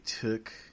took